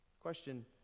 Question